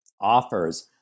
offers